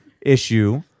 issue